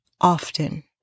often